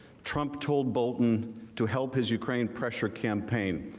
trump told bolton to help his ukraine pressure campaign,